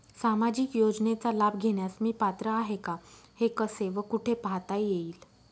सामाजिक योजनेचा लाभ घेण्यास मी पात्र आहे का हे कसे व कुठे पाहता येईल?